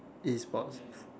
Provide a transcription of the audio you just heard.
e sports